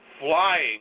flying